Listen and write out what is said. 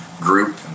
group